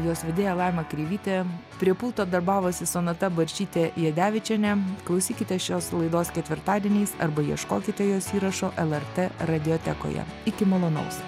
jos vedėja laima kreivytė prie pulto darbavosi sonata baršytė jadevičienė klausykite šios laidos ketvirtadieniais arba ieškokite jos įrašo lrt radiotekoje iki malonaus